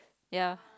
ya